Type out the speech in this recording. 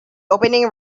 opening